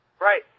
Right